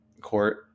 court